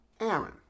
Aaron